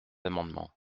amendements